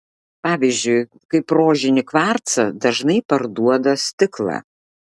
pavyzdžiui kaip rožinį kvarcą dažnai parduoda stiklą